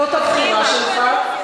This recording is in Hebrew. זו הבחירה שלך,